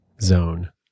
zone